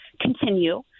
continue